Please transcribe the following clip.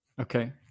Okay